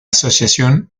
asociación